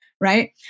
right